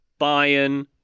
Bayern